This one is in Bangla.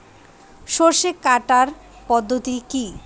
সরষে কাটার পদ্ধতি কি?